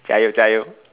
加油加油